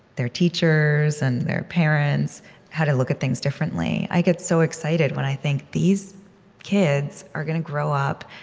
their teachers and their parents how to look at things differently. i get so excited when i think, these kids are going to grow up,